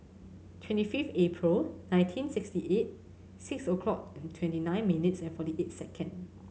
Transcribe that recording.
twenty fifth April nineteen sixty eight six o'clock and twenty nine minutes and forty eight second